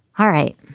all right.